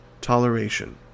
toleration